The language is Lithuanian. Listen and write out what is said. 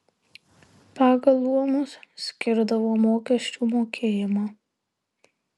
pagal luomus skirdavo mokesčių mokėjimą